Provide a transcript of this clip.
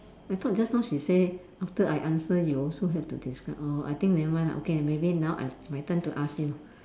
I taught just now she say after I answer you also have to discuss oh I think nevermind lah okay maybe now I my turn to ask you